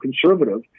Conservative